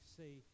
see